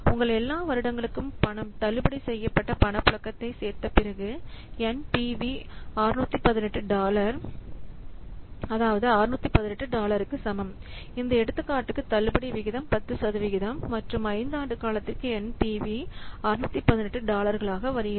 உங்கள் எல்லா வருடங்களுக்கும் தள்ளுபடி செய்யப்பட்ட பணப்புழக்கங்களைச் சேர்த்த பிறகு NPV 618 டாலர் 618 டாலருக்கு சமம் இந்த எடுத்துக்காட்டுக்கு தள்ளுபடி விகிதம் 10 சதவிகிதம் மற்றும் 5 ஆண்டு காலத்திற்கு NPV 618 டாலர்களாக வருகிறது